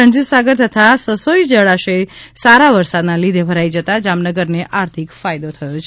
રણજીતસાગર તથા સસોઇ જળાશય સારા વરસાદના લીધે ભરાઈ જતા જામનગરને આર્થિક ફાયદો થયો છે